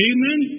Amen